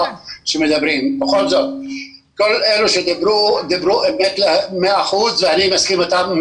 כל אלה שדיברו דיברו 100 אחוזים ואני מסכים אתם,